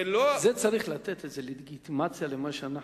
צריך לתת לגיטימציה למה שאנחנו,